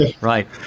right